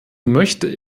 möchte